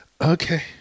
okay